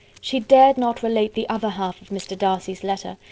she dared not relate the other half of mr. darcy's letter,